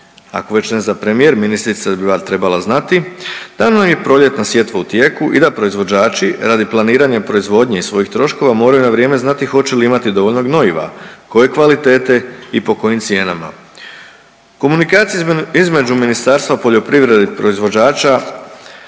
ako već ne zna premijer, ministrica bi valjda trebala znati da nam je proljetna sjetva u tijeku i da proizvođači radi planiranja proizvodnje i svojih troškova moraju na vrijeme znati hoće li imati dovoljno gnojiva, koje kvalitete i po kojim cijenama. Komunikacija između Ministarstva poljoprivrede i proizvođača